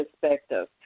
perspective